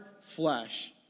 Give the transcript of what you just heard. flesh